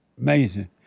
Amazing